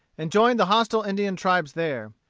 and joined the hostile indian tribes there.